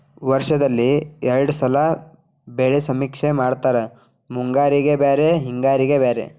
ವರ್ಷದಲ್ಲಿ ಎರ್ಡ್ ಸಲಾ ಬೆಳೆ ಸಮೇಕ್ಷೆ ಮಾಡತಾರ ಮುಂಗಾರಿಗೆ ಬ್ಯಾರೆ ಹಿಂಗಾರಿಗೆ ಬ್ಯಾರೆ